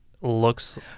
looks